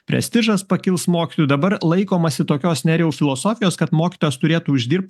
prestižas pakils mokytojų dabar laikomasi tokios nerijau filosofijos kad mokytojas turėtų uždirbt